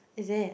is it